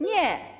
Nie.